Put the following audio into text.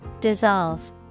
Dissolve